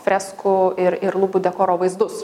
freskų ir ir lubų dekoro vaizdus